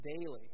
daily